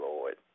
Lord